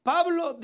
Pablo